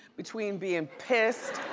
between bein' pissed,